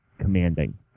commanding